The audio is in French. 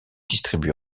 distribué